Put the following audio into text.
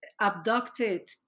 abducted